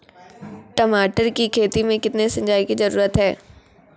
टमाटर की खेती मे कितने सिंचाई की जरूरत हैं?